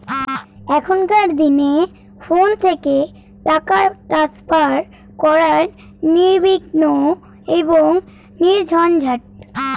এখনকার দিনে ফোন থেকে টাকা ট্রান্সফার করা নির্বিঘ্ন এবং নির্ঝঞ্ঝাট